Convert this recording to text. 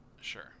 Sure